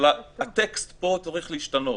אבל הטקסט פה צריך להשתנות.